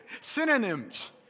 synonyms